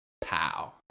Pow